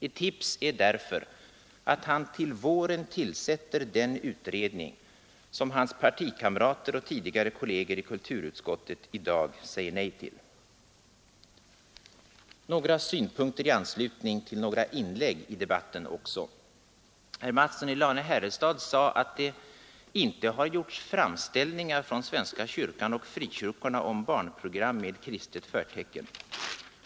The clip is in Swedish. Ett tips är därför att han till våren tillsätter den utredning som hans partikamrater och tidigare kolleger i kulturutskottet i dag säger nej till. Så några synpunkter i anslutning till en del inlägg i debatten. Herr Mattsson i Lane-Herrestad sade att det inte har gjorts framställningar från svenska kyrkan och frikyrkorna om barnprogram med kristet förtecken.